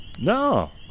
no